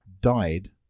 died